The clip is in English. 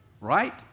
right